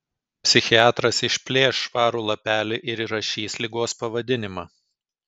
psichiatras išplėš švarų lapelį ir įrašys ligos pavadinimą